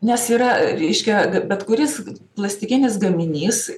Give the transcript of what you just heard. nes yra reiškia bet kuris plastikinis gaminys